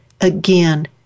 again